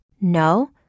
No